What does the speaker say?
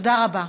תודה רבה.